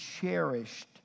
cherished